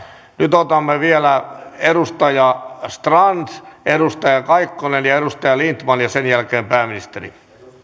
nyt otamme vielä edustaja strandin edustaja kaikkosen ja edustaja lindtmanin ja sen jälkeen pääministeri värderade